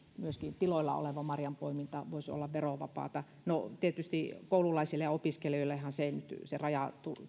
myöskin tiloilla oleva marjanpoiminta voisi olla verovapaata no tietysti koululaisille ja opiskelijoillehan se verollisuuden raja